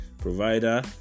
provider